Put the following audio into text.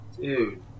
dude